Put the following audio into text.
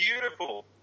beautiful